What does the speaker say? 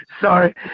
Sorry